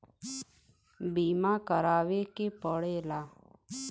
बीमा करावे के पड़ेला